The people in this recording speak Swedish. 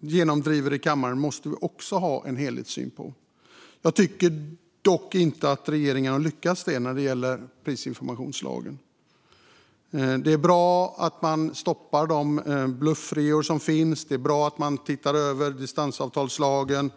genomdriver i kammaren måste vi ha en helhetssyn på. Jag tycker dock inte att regeringen har lyckats med det när det gäller prisinformationslagen. Det är bra att man stoppar bluffreor. Det är bra att man ser över distansavtalslagen.